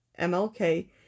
MLK